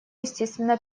естественно